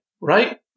Right